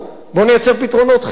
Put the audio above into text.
בוא נייצר פתרונות חינוך,